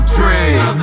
dream